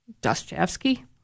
Dostoevsky